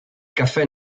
caffè